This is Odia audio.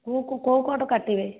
ପୁଅକୁ କେଉଁ କଟ୍ କାଟିବେ